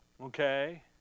Okay